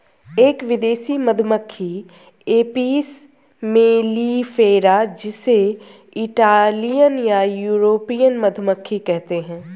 एक विदेशी मधुमक्खी एपिस मेलिफेरा जिसे इटालियन या यूरोपियन मधुमक्खी कहते है